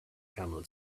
camel